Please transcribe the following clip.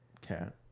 Cat